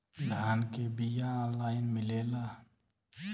धान के बिया ऑनलाइन मिलेला?